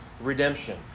redemption